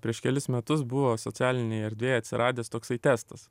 prieš kelis metus buvo socialinėj erdvėj atsiradęs toksai testas